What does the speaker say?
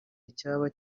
icyaba